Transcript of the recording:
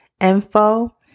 info